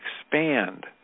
expand